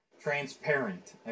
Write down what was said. transparent